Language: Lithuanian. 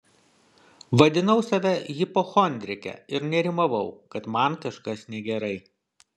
vadinau save hipochondrike ir nerimavau kad man kažkas negerai